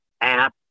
app